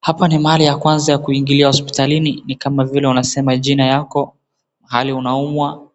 Hapa ni mahali ya kwanza ya kuingilia hospitalini ni kama vile unasema jina yako, pahali unaumwa